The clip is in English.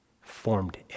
formed